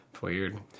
Weird